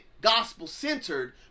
gospel-centered